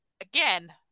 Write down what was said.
again